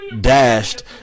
Dashed